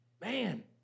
man